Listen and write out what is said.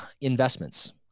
investments